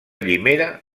llimera